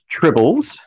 tribbles